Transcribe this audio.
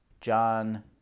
John